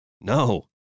No